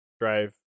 drive